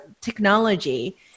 technology